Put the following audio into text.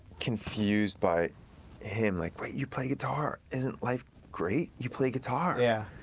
confused by him, like, wait you play guitar? isn't life great? you play guitar. yeah.